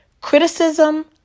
criticism